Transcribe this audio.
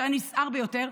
שהיה נסער ביותר,